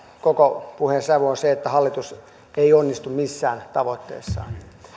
koko puheen sävy on se että hallitus ei onnistu missään tavoitteessaan